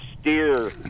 steer